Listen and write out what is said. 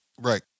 Right